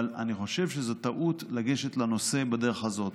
אבל אני חושב שזאת טעות לגשת לנושא בדרך הזאת.